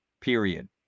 period